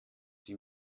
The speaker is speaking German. die